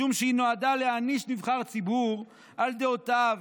משום שהיא נועדה להעניש נבחר ציבור על דעותיו,